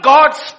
God's